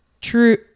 true